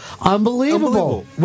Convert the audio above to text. unbelievable